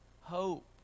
hope